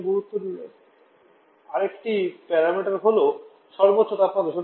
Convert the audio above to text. এবং গুরুত্বের আরেকটি প্যারামিটার হল সর্বোচ্চ তাপমাত্রা